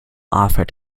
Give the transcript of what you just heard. offered